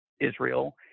Israel